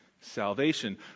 salvation